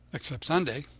except sunday,